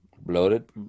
bloated